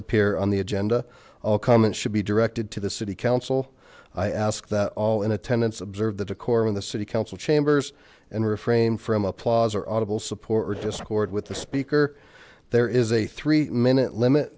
appear on the agenda all comments should be directed to the city council i ask that all in attendance observed the decorum in the city council chambers and refrain from applause or audible support or discord with the speaker there is a three minute limit